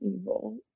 evil